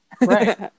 Right